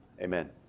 amen